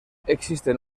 existen